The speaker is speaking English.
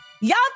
Y'all